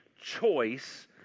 choice